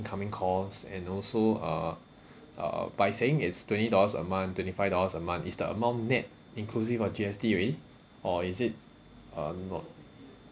~coming calls and also uh uh by saying it's twenty dollars a month twenty five dollars a month is the amount nett inclusive of G_S_T already or is it uh not